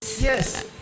Yes